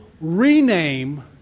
rename